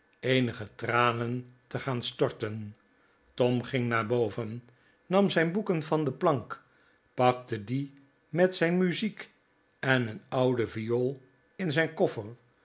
eenige tranen te gaan storten tom ging naar boven nam zijn boeken van de plank pakte die met zijn muziek en een oude viool in zijn koffer